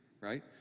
right